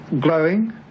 glowing